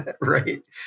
right